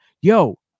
yo